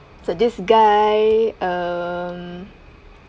so this guy um